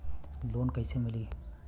Loan कइसे मिलि?